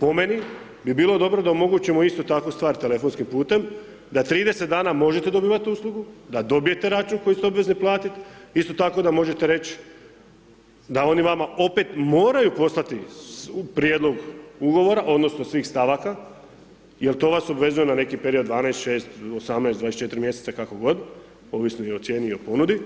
Po meni bi bilo dobro da omogućimo isto tako stvar telefonskim putem, da 30 dana možete dobivati uslugu, da dobijete račun koji ste obvezni platiti, isto tako da možete reć da oni vama opet moraju poslati prijedlog ugovora odnosno svih stavaka jer to vas obvezuje na neki period, 12, 6, 18, 24 mj. kako god, ovisno i o cijeni i o ponudi,